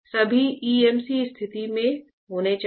सभी EMC स्थिति में होने चाहिए